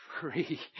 free